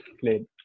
played